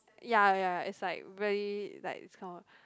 ya ya is like really like this kind of